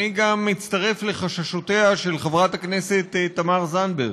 אני מצטרף לחששותיה של חברת הכנסת תמר זנדברג.